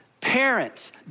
Parents